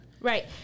Right